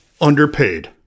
underpaid